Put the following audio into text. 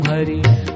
Hari